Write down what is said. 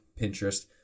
Pinterest